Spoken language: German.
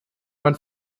man